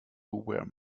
where